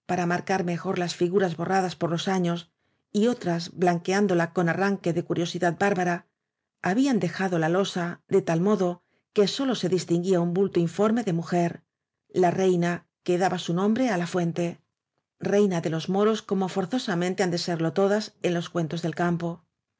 para marcar mejor las figuras borradas por los años y otras blanqueándola con arranque de curiosidad bárbara habían dejado la losa de tal modo que sólo se distinguía un bulto informe de mujer la reina que daba su nombre á la fuente reina de los moros como forzosamente han de serlo todas en los cuentos del campo